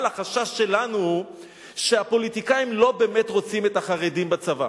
אבל החשש שלנו הוא שהפוליטיקאים לא באמת רוצים את החרדים בצבא.